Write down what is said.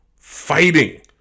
Fighting